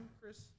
Chris